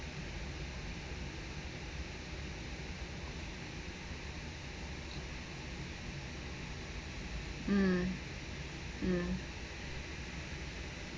mm mm